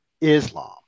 Islam